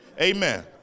Amen